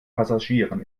passagieren